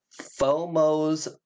FOMOs